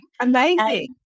Amazing